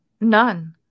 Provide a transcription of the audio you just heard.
None